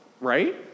right